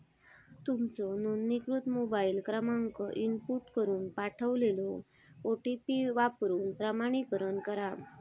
तुमचो नोंदणीकृत मोबाईल क्रमांक इनपुट करून पाठवलेलो ओ.टी.पी वापरून प्रमाणीकरण करा